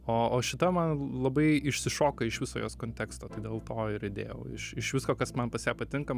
o o šita man labai išsišoka iš viso jos konteksto dėl to ir įdėjau iš iš visko kas man pas ją patinka